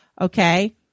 Okay